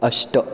अष्ट